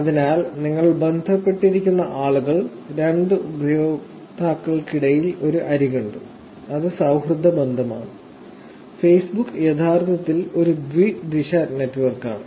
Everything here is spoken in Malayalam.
അതിനാൽ നിങ്ങൾ ബന്ധപ്പെട്ടിരിക്കുന്ന ആളുകൾ രണ്ട് ഉപയോക്താക്കൾക്കിടയിൽ ഒരു അരികുണ്ട് അത് സൌഹൃദ ബന്ധമാണ് ഫേസ്ബുക്ക് യഥാർത്ഥത്തിൽ ഒരു ദ്വിദിശ നെറ്റ്വർക്കാണ്